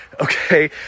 Okay